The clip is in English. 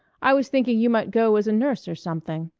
i was thinking you might go as a nurse or something.